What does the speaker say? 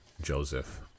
Joseph